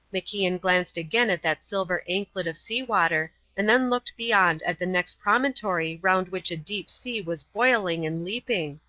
macian glanced again at that silver anklet of sea-water and then looked beyond at the next promontory round which a deep sea was boiling and leaping.